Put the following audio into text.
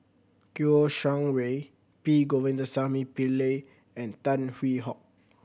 Kouo Shang Wei P Govindasamy Pillai and Tan Hwee Hock